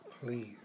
please